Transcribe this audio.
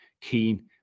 keen